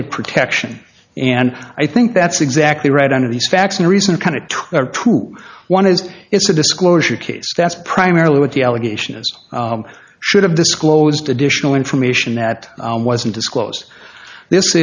get protection and i think that's exactly right under these facts and reason kind of prove one is it's a disclosure case that's primarily what the allegation is should have disclosed additional information that wasn't disclosed this